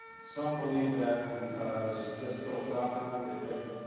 some believe that because just philosophically they think